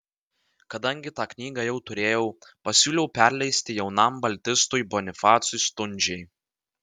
kadangi tą knygą jau turėjau pasiūliau perleisti jaunam baltistui bonifacui stundžiai